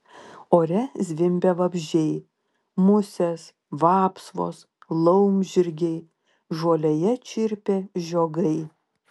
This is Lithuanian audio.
ore zvimbė vabzdžiai musės vapsvos laumžirgiai žolėje čirpė žiogai